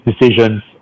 decisions